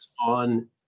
on